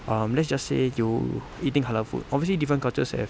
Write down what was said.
um let's just say you're eating halal food obviously different cultures have